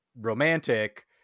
romantic